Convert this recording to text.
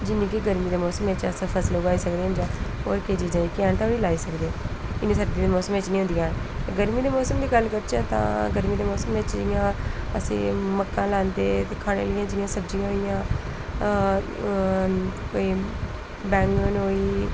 जिन्नी अस गर्मी दे मौसम च फसल उगाई सकने आं होर किश चीज़ां बी हैन ते लाई सकदे इन्नी सर्दी दे मौसम च निं होंदी हैन ते गर्मी दे मौसम दी गल्ल करचै तां गर्मी दे मौसम बिच्च जि'यां अस मक्कां लांदे ते खानें च जि'यां मक्कां होई गेआ कोई बैंगन होई